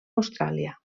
austràlia